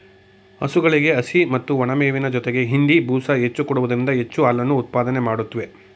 ಹಸುಗಳಿಗೆ ಹಸಿ ಮತ್ತು ಒಣಮೇವಿನ ಜೊತೆಗೆ ಹಿಂಡಿ, ಬೂಸ ಹೆಚ್ಚು ಕೊಡುವುದರಿಂದ ಹೆಚ್ಚು ಹಾಲನ್ನು ಉತ್ಪಾದನೆ ಮಾಡುತ್ವೆ